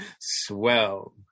Swell